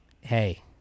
Hey